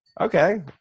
Okay